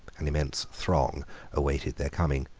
an immense throng awaited their coming.